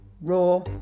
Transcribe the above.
raw